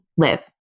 live